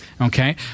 Okay